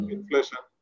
Inflation